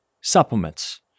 supplements